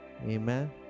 Amen